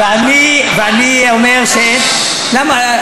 ואני אומר, למה?